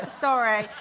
Sorry